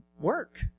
work